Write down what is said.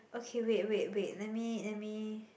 okay wait wait wait let me let me